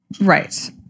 Right